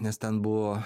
nes ten buvo